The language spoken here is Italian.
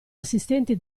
assistenti